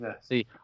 see